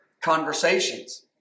conversations